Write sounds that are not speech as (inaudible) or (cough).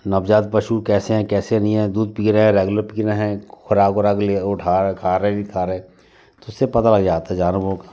नवजात पशु कैसे हैं कैसे नहीं हैं दूध पी रहे हैं रेगुलर पी रहे हैं खुराक वुराक (unintelligible) खा रहे कि नहीं खा रहे तो उससे पता लग जाता है जानवरों